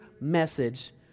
message